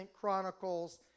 Chronicles